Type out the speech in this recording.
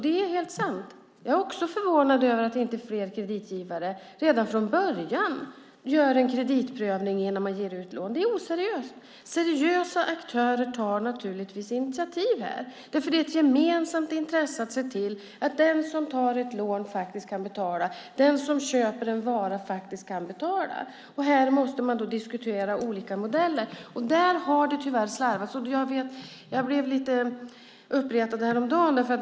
Det är helt sant: Jag är också förvånad över att inte fler kreditgivare redan från början gör en kreditprövning innan de ger ut lån. Det är oseriöst. Seriösa aktörer tar naturligtvis initiativ här. Det är ett gemensamt intresse att se till att den som tar ett lån faktiskt kan betala och den som köper en vara faktiskt kan betala. Man måste diskutera olika modeller. Där har det tyvärr slarvats. Jag blev lite uppretad häromdagen.